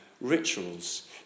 rituals